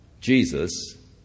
Jesus